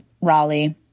Raleigh